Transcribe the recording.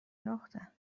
لخته